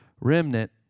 remnant